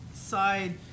side